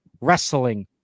wrestling